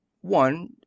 One